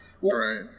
Right